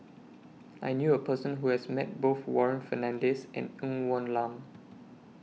I knew A Person Who has Met Both Warren Fernandez and Ng Woon Lam